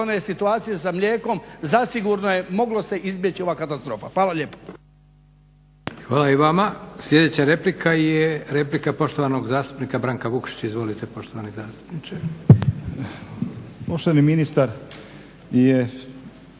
situacije s mlijekom, zasigurno je moglo se izbjeći ova katastrofa. Hvala lijepo.